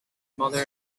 mother